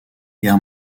guerre